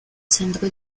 centro